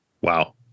Wow